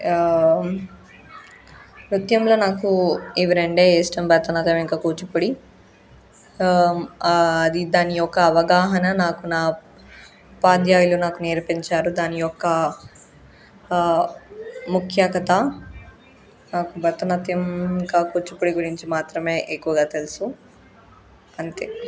నృత్యంలో నాకు ఇవి రెండు ఇష్టం భరతనాట్యం ఇంకా కూచిపూడి అది దాని యొక్క అవగాహన నాకు నా ఉపాధ్యాయులు నాకు నేర్పించారు దాని యొక్క ముఖ్య కథ నాకు భరతనాట్యం ఇంకా కూచిపూడి గురించి మాత్రమే ఎక్కువగా తెలుసు అంతే